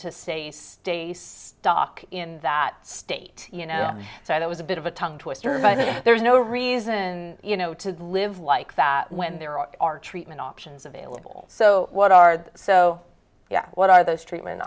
to say stay stuck in that state you know so that was a bit of a tongue twister but there's no reason you know to live like that when there are treatment options available so what are so what are those treatment